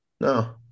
No